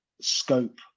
scope